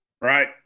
Right